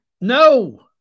No